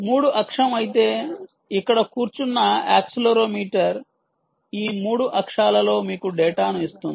3 అక్షం అయితే ఇక్కడ కూర్చున్న యాక్సిలెరోమీటర్ ఈ 3 అక్షాలలో మీకు డేటాను ఇస్తుంది